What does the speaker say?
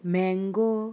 mango